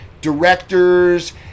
directors